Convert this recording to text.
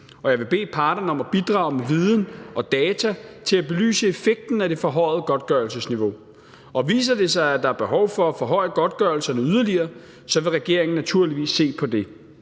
Og jeg vil bede parterne om at bidrage med viden og data til at belyse effekten af det forhøjede godtgørelsesniveau. Og viser det sig, at der er behov for at forhøje godtgørelserne yderligere, vil regeringen naturligvis se på det.